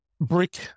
Brick